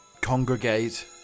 congregate